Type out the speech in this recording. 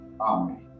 Amen